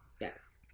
Yes